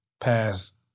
past